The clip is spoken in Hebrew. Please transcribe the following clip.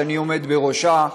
שאני עומד בראשה,